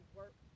work